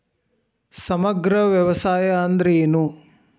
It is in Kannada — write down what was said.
ಸಮಗ್ರ ವ್ಯವಸಾಯ ಅಂದ್ರ ಏನು?